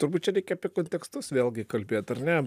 turbūt čia reikia apie kontekstus vėlgi kalbėt ar ne